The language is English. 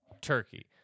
turkey